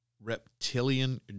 reptilian